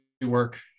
work